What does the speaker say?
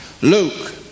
Luke